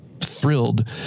thrilled